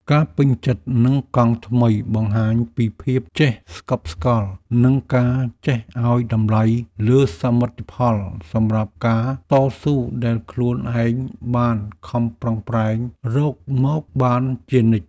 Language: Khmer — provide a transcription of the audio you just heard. ការពេញចិត្តនឹងកង់ថ្មីបង្ហាញពីភាពចេះស្កប់ស្កល់និងការចេះឱ្យតម្លៃលើសមិទ្ធផលសម្រាប់ការតស៊ូដែលខ្លួនឯងបានខំប្រឹងប្រែងរកមកបានជានិច្ច។